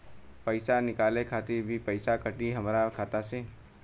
पईसा निकाले खातिर भी पईसा कटी हमरा खाता से?